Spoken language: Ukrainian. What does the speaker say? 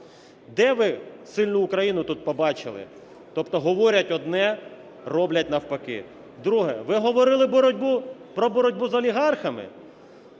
Де ви сильну Україну тут побачили? Тобто говорять одне, роблять навпаки. Друге. Ви говорили про боротьбу з олігархами?